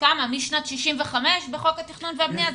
משנת 1965 בחוק התכנון והבנייה,